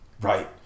right